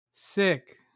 Sick